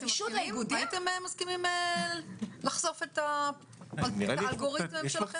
אתם מסכימים לחשוף את האלגוריתם שלכם?